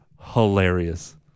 hilarious